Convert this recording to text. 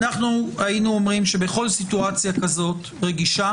אנחנו היינו אומרים שבכל סיטואציה רגישה כזאת,